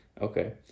Okay